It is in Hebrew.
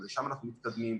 לשם אנחנו מתקדמים.